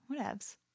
whatevs